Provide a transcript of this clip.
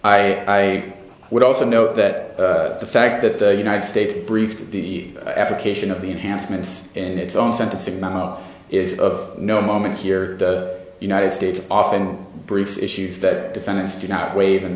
i would also note that the fact that the united states briefed the application of the enhancements in its own sentencing is of no moment here the united states often briefs issues that defendants do not waive and